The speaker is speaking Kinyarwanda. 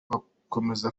bakomeza